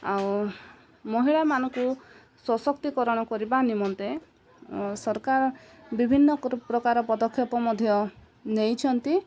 ଆଉ ମହିଳାମାନଙ୍କୁ ସଶକ୍ତିକରଣ କରିବା ନିମନ୍ତେ ସରକାର ବିଭିନ୍ନ ପ୍ରକାର ପଦକ୍ଷେପ ମଧ୍ୟ ନେଇଛନ୍ତି